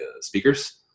speakers